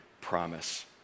promise